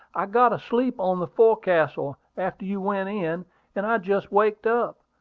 i got asleep on the fo'castle after you went in and i just waked up.